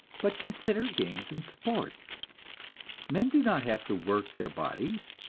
but consider games and sports men do not have to work their bodies,